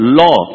law